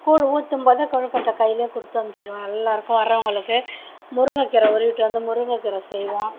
கூழு ஊற்றும்போது கொழுக்கட்டை கையில் கொடுத்து அனுப்பிச்சிடுவோம் எல்லாருக்கும் வர்றவங்களுக்கு முருங்கக்கீரை உருவிட்டு வந்து முருங்கைக்கீரை செய்வோம்